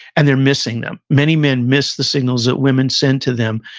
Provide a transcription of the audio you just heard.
and they're missing them. many men miss the signals that women send to them,